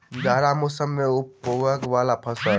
जाड़ा मौसम मे उगवय वला फसल?